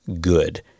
good